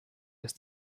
ist